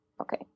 Okay